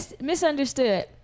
misunderstood